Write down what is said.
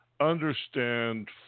understand